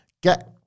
Get